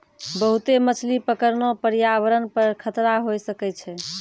बहुते मछली पकड़ना प्रयावरण पर खतरा होय सकै छै